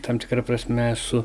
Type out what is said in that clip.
tam tikra prasme esu